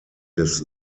des